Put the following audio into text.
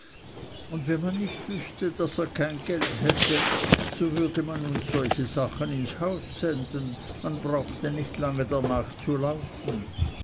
und wenn man nicht wüßte daß er kein geld hätte so würde man uns solche sachen ins haus senden man brauchte nicht lange darnach zu laufen